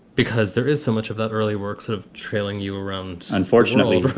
because there is so much of the early works of trailing you around. unfortunately,